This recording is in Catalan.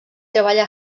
treballa